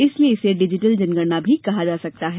इसलिये इसे डिजिटल जनगणना भी कहा जा सकता है